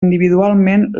individualment